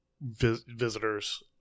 Visitors